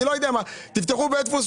אולי תפתחו בית דפוס?